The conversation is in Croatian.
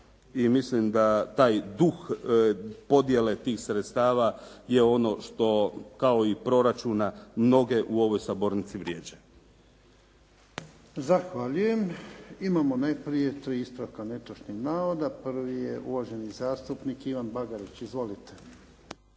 mislim da taj duh podjele tih sredstava je ono što kao i proračuna, mnoge u ovoj sabornici vrijeđa. **Jarnjak, Ivan (HDZ)** Zahvaljujem. Imamo najprije tri ispravka netočnog navoda. Prvi je uvaženi zastupnik Ivan Bagarić. Izvolite.